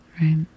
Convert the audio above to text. right